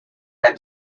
have